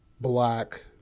black